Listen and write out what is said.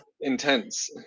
Intense